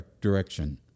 direction